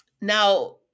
now